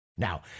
Now